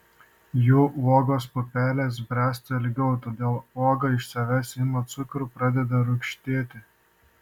jų uogos pupelės bręsta ilgiau todėl uoga iš savęs ima cukrų pradeda rūgštėti